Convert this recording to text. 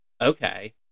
Okay